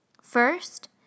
First